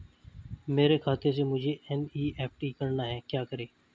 मेरे खाते से मुझे एन.ई.एफ.टी करना है क्या करें?